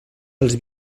dels